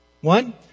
One